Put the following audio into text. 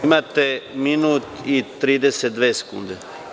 Imate minut i 32 sekunde.